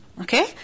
okay